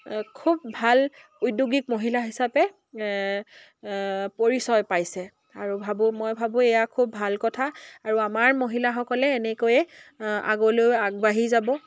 খুব ভাল উদ্যোগিক মহিলা হিচাপে পৰিচয় পাইছে আৰু ভাবোঁ মই ভাবোঁ এয়া খুব ভাল কথা আৰু আমাৰ মহিলাসকলে এনেকৈয়ে আগলৈ আগবাঢ়ি যাব